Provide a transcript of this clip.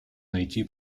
найти